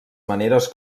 maneres